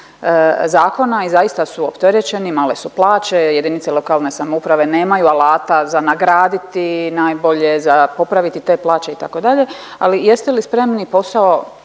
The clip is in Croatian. zakona i zaista su opterećeni, male su plaće, jedinice lokalne samouprave nemaju alata za nagraditi najbolje, za popraviti te plaće itd., ali jeste li spremni posao